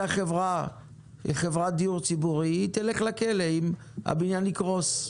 אתה חברת דיור ציבורי, תלך לכלא אם הבניין יקרוס.